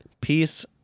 Peace